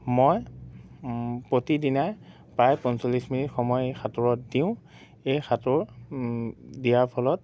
মই প্ৰতিদিনাই প্ৰায় পঞ্চল্লিছ মিনিট সময় এই সাঁতোৰত দিওঁ এই সাঁতোৰ দিয়াৰ ফলত